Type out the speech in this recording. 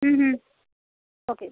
okay